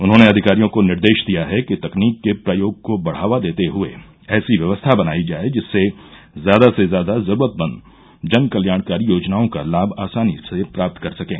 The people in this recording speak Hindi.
उन्होंने अधिकारियों को निर्देश दिया है कि तकनीक के प्रयोग को बढ़ावा देते हये ऐसी व्यवस्था बनायी जाय जिससे ज्यादा से ज्यादा जरूरतमंद जनकल्याणकारी योजनाओं का लाभ आसानी से प्राप्त कर सकें